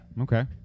Okay